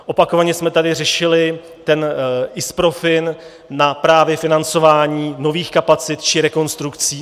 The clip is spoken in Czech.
Opakovaně jsme tady řešili ten ISPROFIN na právě financování nových kapacit či rekonstrukcí.